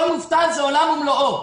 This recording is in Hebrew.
כל מובטל זה עולם ומלואו.